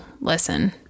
listen